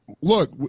look –